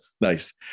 nice